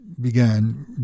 began